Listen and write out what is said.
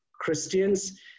Christians